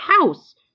house